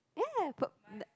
ya